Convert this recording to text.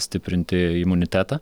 stiprinti imunitetą